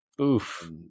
Oof